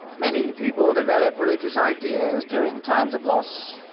many people develop religious ideas during times of loss.